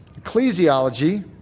ecclesiology